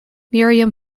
miriam